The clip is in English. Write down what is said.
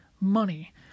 money